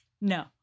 No